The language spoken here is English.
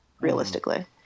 realistically